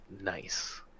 nice